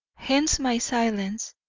hence my silence,